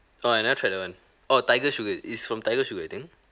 orh I never tried that one orh tiger sugar is from tiger sugar I think